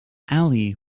alley